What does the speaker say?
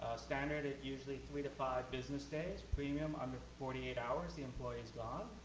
standard, is usually three to five business days. premium, under forty eight hours the employee's gone.